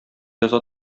яза